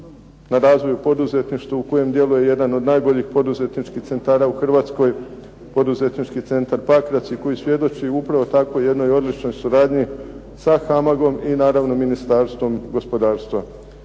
na razvoju poduzetništva, u kojem djeluje jedan od najboljih poduzetničkih centara u Hrvatskoj, poduzetnički centar Pakrac i koji svjedoči upravo takvoj jednoj odličnoj suradnji sa "HAMAG-om" i naravno Ministarstvom gospodarstva.